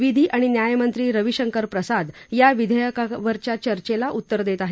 विधी आणि न्याय मंत्री रविशंकर प्रसाद या विधेयकावरच्या चर्चेला उत्तर देत आहेत